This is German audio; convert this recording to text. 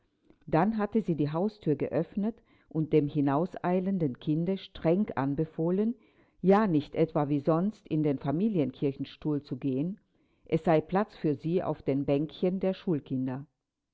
dann hatte sie die hausthür geöffnet und dem hinauseilenden kinde streng anbefohlen ja nicht etwa wie sonst in den familienkirchenstuhl zu gehen es sei platz für sie auf den bänkchen der schulkinder